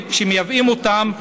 כשמייבאים אותם,